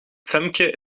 femke